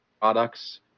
products